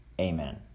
Amen